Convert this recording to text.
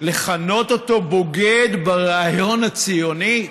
לכנות אותו "בוגד ברעיון הציוני"?